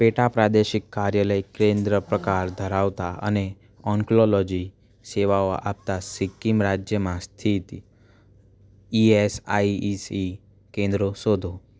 પેટા પ્રાદેશિક કાર્યાલય કેન્દ્ર પ્રકાર ધરાવતાં અને ઓન્ક્લોલોજી સેવાઓ આપતાં સિક્કિમ રાજ્યમાં સ્થિત ઇએસઆઇઈસી કેન્દ્રો શોધો